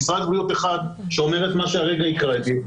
משרד בריאות אחד שאומר את מה שהרגע הקראתי,